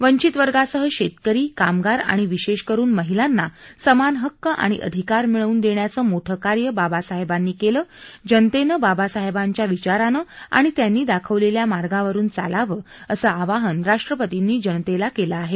वंचित वर्गासह शेतकरी कामगार आणि विशेष करून महिलांना समान हक्क आणि अधिकार मिळवून देण्याचं मोठं कार्य बाबासाहेबांनी केलं जनतेनं बाबासाहेबांच्या विचारानं आणि त्यांनी दाखवलेल्या मार्गावरून चालावं असं आवाहन राष्ट्रपर्तींनी जनतेला केलं आहे